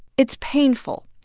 it's painful.